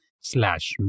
slash